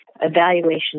evaluation